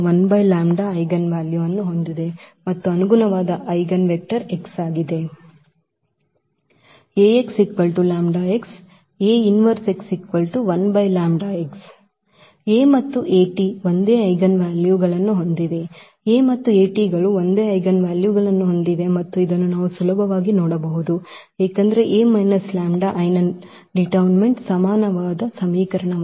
• eigenvalue ಅನ್ನು ಹೊಂದಿದೆ ಮತ್ತು ಅನುಗುಣವಾದ ಐಜೆನ್ವೆಕ್ಟರ್ x ಆಗಿದೆ A ಮತ್ತು ಒಂದೇ ಐಜೆನ್ವಾಲ್ಯೂಗಳನ್ನು ಹೊಂದಿವೆ A ಮತ್ತು ಗಳು ಒಂದೇ ಐಜೆನ್ವಾಲ್ಯುಗಳನ್ನು ಹೊಂದಿವೆ ಮತ್ತು ಇದನ್ನು ನಾವು ಸುಲಭವಾಗಿ ನೋಡಬಹುದು ಏಕೆಂದರೆ A λI ನ ನಿರ್ಣಾಯಕವು ಸಮನಾದ ಸಮೀಕರಣವಾಗಿದೆ